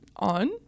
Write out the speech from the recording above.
On